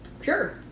Sure